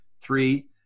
three